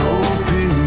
open